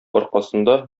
аркасында